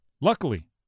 Luckily